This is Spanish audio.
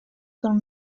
con